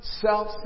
self